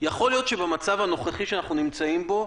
יכול להיות שבמצב הנוכחי שאנחנו נמצאים בו